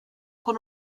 con